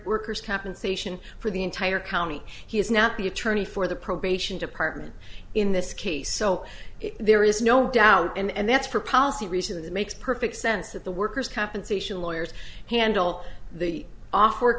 worker's compensation for the entire county he is not the attorney for the probation department in this case so there is no doubt and that's for policy reasons it makes perfect sense that the workers compensation lawyers handle the